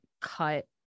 cut